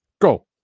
go